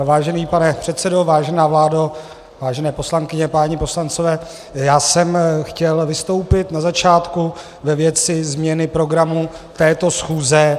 Vážený pane předsedo, vážená vládo, vážené poslankyně, páni poslanci, já jsem chtěl vystoupit na začátku ve věci změny programu této schůze.